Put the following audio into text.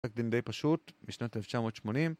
פסק דין די פשוט משנת 1980